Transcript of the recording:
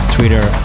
Twitter